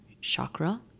chakra